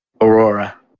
Aurora